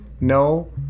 No